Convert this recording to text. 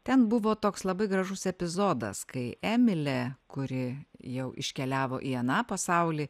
ten buvo toks labai gražus epizodas kai emilė kuri jau iškeliavo į aną pasaulį